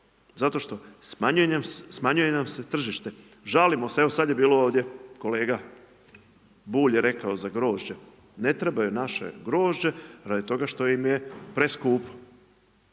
zato što smanjuje nam se tržište, žalimo se, evo sad je bilo kolega Bulj rekao za grožđe, ne trebaju naše grožđe radi toga što nam je preskupo.